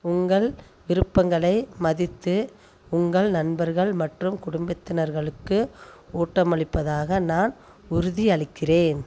உங்கள் விருப்பங்களை மதித்து உங்கள் நண்பர்கள் மற்றும் குடும்பத்தினர்களுக்கு ஊட்டமளிப்பதாக நான் உறுதி அளிக்கிறேன்